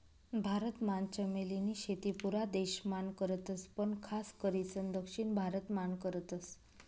भारत मान चमेली नी शेती पुरा देश मान करतस पण खास करीसन दक्षिण भारत मान करतस